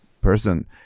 person